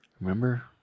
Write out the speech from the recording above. Remember